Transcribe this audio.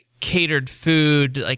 catered food. like